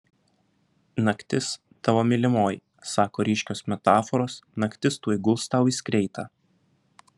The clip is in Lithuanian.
naktis tavo mylimoji sako ryškios metaforos naktis tuoj guls tau į skreitą